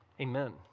Amen